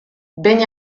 behin